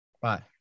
Bye